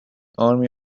army